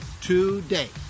today